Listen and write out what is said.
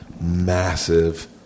massive